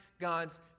God's